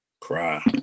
Cry